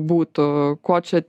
būtų ko čia